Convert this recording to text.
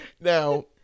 Now